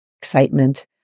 excitement